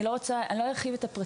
אני לא ארחיב על הפרטים,